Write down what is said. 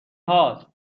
هاست